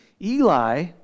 Eli